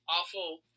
awful